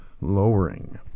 lowering